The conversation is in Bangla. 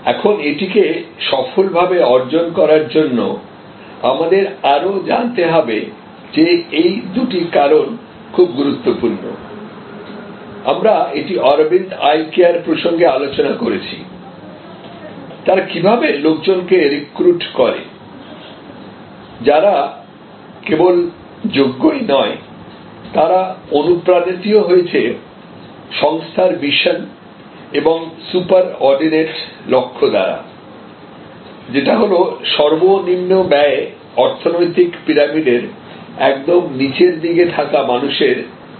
এখন এটিকে সফলভাবে অর্জন করার জন্য আমাদের আরও জানতে হবে যে এই দুটি কারণ খুব গুরুত্বপূর্ণ আমরা এটি অরবিন্দ আই কেয়ার প্রসঙ্গে আলোচনা করেছি তারা কীভাবে লোকজনকে রিক্রুট করে যারা কেবল যোগ্যই নয় তারা অনুপ্রাণিতও হয়েছে সংস্থার মিশন এবংসুপার অর্ডিনেট লক্ষ্য দ্বারা যেটা হলো সর্বনিম্ন ব্যয়ে অর্থনৈতিক পিরামিডের একদম নিচের ভাগে থাকা মানুষের সেবা করা